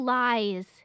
lies